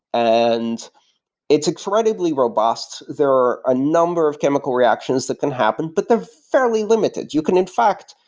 and it's incredibly robust. there are a number of chemical reactions that can happen, but they're fairly limited. you can, in fact,